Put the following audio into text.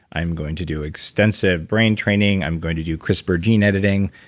i'm going to do extensive brain training. i'm going to do crispr gene editing?